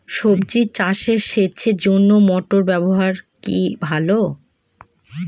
সবজি চাষে সেচের জন্য মোটর ব্যবহার কি ভালো?